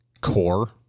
core